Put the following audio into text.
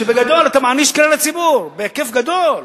כשבגדול אתה מעניש את כלל הציבור בהיקף גדול?